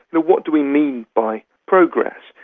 what do we mean by progress?